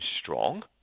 strong